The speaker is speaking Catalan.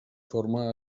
forma